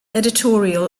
editorial